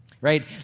right